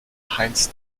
heinz